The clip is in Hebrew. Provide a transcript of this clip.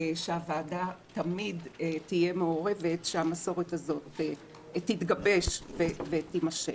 שהוועדה תמיד תהיה מעורבת, תתגבש ותימשך.